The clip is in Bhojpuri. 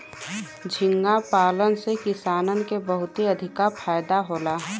झींगा पालन से किसानन के बहुते अधिका फायदा होला